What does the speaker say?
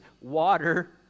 water